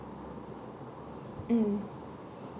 mm